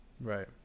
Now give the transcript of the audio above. Right